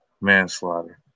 manslaughter